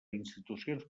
institucions